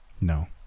No